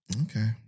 Okay